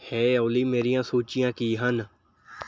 ਹੇ Ollie ਮੇਰੀਆਂ ਸੂਚੀਆਂ ਕੀ ਹਨ